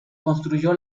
construyó